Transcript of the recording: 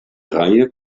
reihe